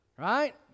right